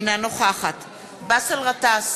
אינה נוכחת באסל גטאס,